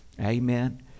Amen